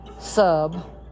sub